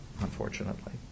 unfortunately